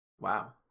Wow